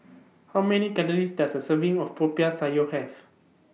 How Many Calories Does A Serving of Popiah Sayur Have